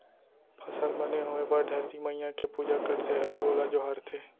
फसल बने होए बर धरती मईया के पूजा करथे अउ ओला जोहारथे